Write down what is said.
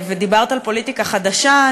דיברת על פוליטיקה חדשה,